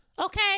okay